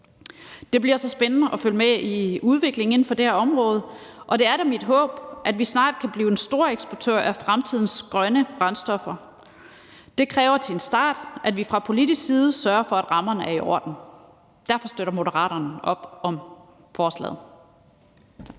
Det bliver så spændende at følge med i udviklingen inden for det her område, og det er da mit håb, at vi snart kan blive en storeksportør af fremtidens grønne brændstoffer. Det kræver til en start, at vi fra politisk side sørger for, at rammerne er i orden. Derfor støtter Moderaterne op om forslaget.